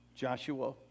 Joshua